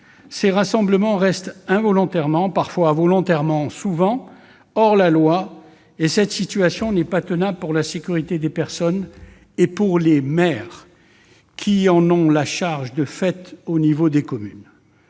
ces rassemblements restent de fait- parfois involontairement, souvent volontairement -hors la loi ; cette situation n'est pas tenable pour la sécurité des personnes et pour les maires qui en ont la charge au niveau des communes.